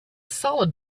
solid